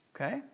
Okay